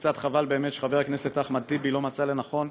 קצת חבל שחבר הכנסת אחמד טיבי לא מצא לנכון,